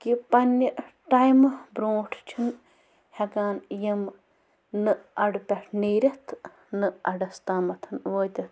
کہِ پنٛنہِ ٹایمہٕ برٛونٛٹھ چھِنہٕ ہٮ۪کان یِم نہٕ اَڈٕ پٮ۪ٹھ نیٖرِتھ تہٕ نہٕ اَڈَس تامَتھ وٲتِتھ